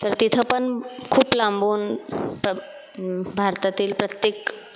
तर तिथं पण खूप लांबून भारतातील प्रत्येक